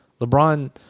LeBron